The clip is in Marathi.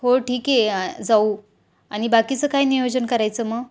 हो ठीक आहे जाऊ आणि बाकीचं काय नियोजन करायचं मग